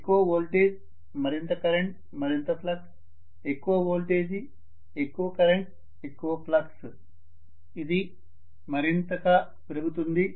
ఎక్కువ వోల్టేజ్ మరింత కరెంట్ మరింత ఫ్లక్స్ ఎక్కువ వోల్టేజ్ ఎక్కువ కరెంట్ ఎక్కువ ఫ్లక్స్ ఇది మరింత మరింతగా పెరుగుతుంది